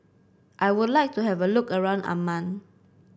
I would like to have a look around Amman